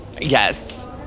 yes